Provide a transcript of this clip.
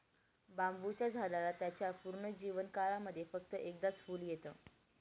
बांबुच्या झाडाला त्याच्या पूर्ण जीवन काळामध्ये फक्त एकदाच फुल येत